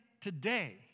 today